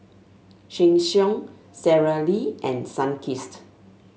Sheng Siong Sara Lee and Sunkist